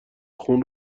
خون